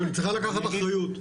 היא צריכה לקחת אחריות.